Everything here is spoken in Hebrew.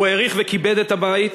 הוא העריך וכיבד את הבית,